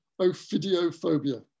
Ophidiophobia